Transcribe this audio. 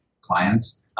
clients